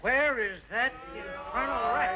where is that alright